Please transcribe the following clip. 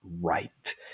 right